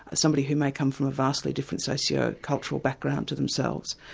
ah somebody who may come from a vastly different socio-cultural background to themselves,